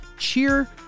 cheer